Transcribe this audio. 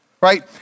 right